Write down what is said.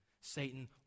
Satan